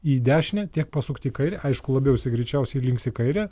į dešinę tiek pasukti į kairę aišku labiau jisai greičiausiai links į kairę